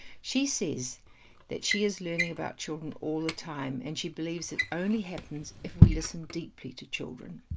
she says that she is learning about children all the time and she believes it only happens if we listen deeply to children.